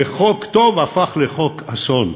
וחוק טוב הפך לחוק אסון.